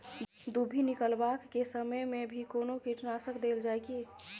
दुभी निकलबाक के समय मे भी कोनो कीटनाशक देल जाय की?